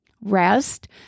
rest